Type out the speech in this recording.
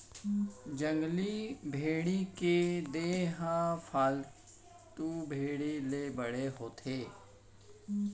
जंगली भेड़ी के देहे ह पालतू भेड़ी ले बड़े होथे